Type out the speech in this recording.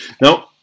No